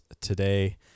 today